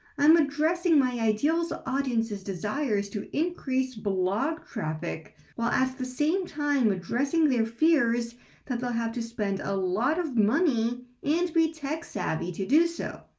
i'm addressing my ideal so audience's desires to increase blog traffic while at the same time addressing their fears that they'll have to spend a lot of money and be tech-savvy to do so.